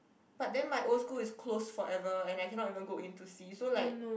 but then my old school is closed forever and I cannot even go in to see so like